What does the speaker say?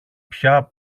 πια